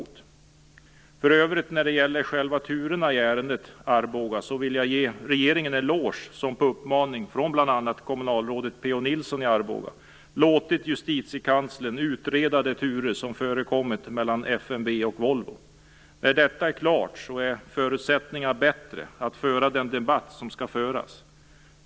När det för övrigt gäller själva turerna i ärendet Arboga vill jag ge regeringen en eloge som på uppmaning från bl.a. kommunalrådet P-O Nilsson i Arboga låtit justitiekanslern utreda de turer som förekommit mellan FMV och Volvo. När detta är klart är förutsättningarna bättre att föra den debatt som skall föras.